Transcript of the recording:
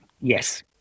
Yes